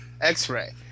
X-Ray